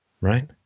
right